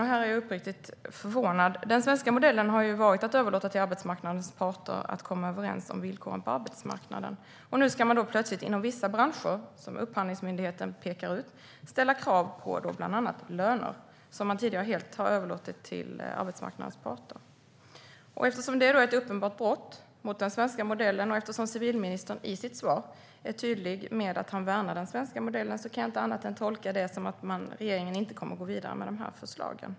Här är jag uppriktigt förvånad. Den svenska modellen har varit att överlåta till arbetsmarknadens parter att komma överens om villkoren på arbetsmarknaden. Men nu ska man på vissa branscher, som Upphandlingsmyndigheten pekar ut, ställa krav på bland annat löner, något man tidigare har överlåtit helt åt arbetsmarknadens parter. Eftersom detta är ett uppenbart brott mot den svenska modellen och civilministern i sitt svar är tydlig med att han värnar den svenska modellen kan jag inte annat än att tolka det som att regeringen inte tänker gå vidare med dessa förslag.